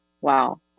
Wow